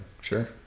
Sure